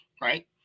Right